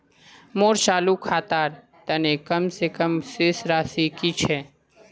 मोर चालू खातार तने कम से कम शेष राशि कि छे?